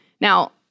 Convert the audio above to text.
Now